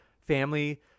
family